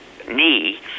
knee